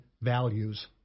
values